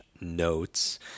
notes